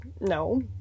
no